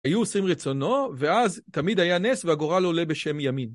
היו עושים רצונו ואז תמיד היה נס והגורל עולה בשם ימין.